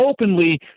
openly